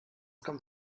kommt